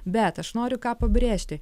bet aš noriu ką pabrėžti